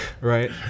right